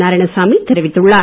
நாராயணசாமி தெரிவித்துள்ளார்